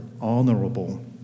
honorable